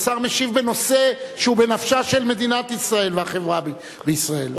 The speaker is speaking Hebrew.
השר משיב בנושא שהוא בנפשה של מדינת ישראל והחברה בישראל.